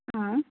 ಹಾಂ